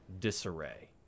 disarray